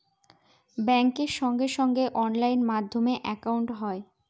ব্যাঙ্কের সঙ্গে সঙ্গে অনলাইন মাধ্যমে একাউন্ট হয়